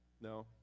No